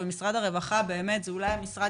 ומשרד הרווחה זה אולי המשרד